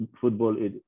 football